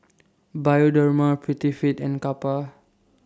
Bioderma Prettyfit and Kappa